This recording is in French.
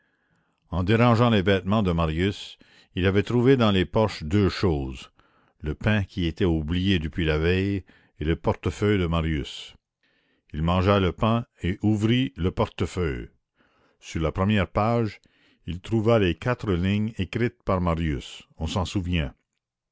en dérangeant les vêtements de marius il avait trouvé dans les poches deux choses le pain qui y était oublié depuis la veille et le portefeuille de marius il mangea le pain et ouvrit le portefeuille sur la première page il trouva les quatre lignes écrites par marius on s'en souvient